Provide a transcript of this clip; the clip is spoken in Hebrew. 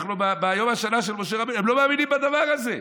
אנחנו ביום השנה של משה רבנו הם לא מאמינים בדבר הזה.